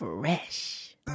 Fresh